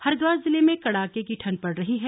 हरिद्वार जिले में कड़ाके की ठंड पड़ रही है